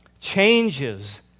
changes